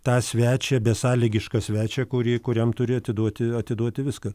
tą svečią besąlygišką svečią kurį kuriam turi atiduoti atiduoti viską